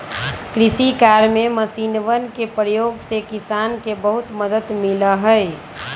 कृषि कार्य में मशीनवन के प्रयोग से किसान के बहुत मदद मिला हई